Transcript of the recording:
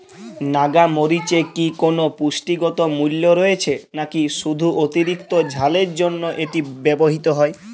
নাগা মরিচে কি কোনো পুষ্টিগত মূল্য রয়েছে নাকি শুধু অতিরিক্ত ঝালের জন্য এটি ব্যবহৃত হয়?